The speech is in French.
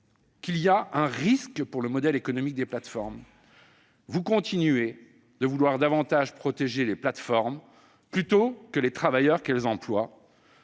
y voyez un « risque pour le modèle économique des plateformes ». Vous continuez de vouloir plus protéger les plateformes que les travailleurs qu'elles emploient.